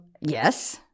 Yes